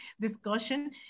discussion